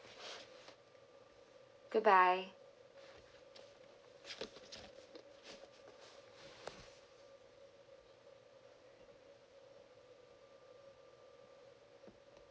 goodbye